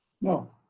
No